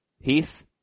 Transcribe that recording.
Heath